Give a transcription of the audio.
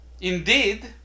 indeed